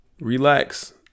Relax